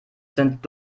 sind